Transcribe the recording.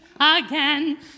Again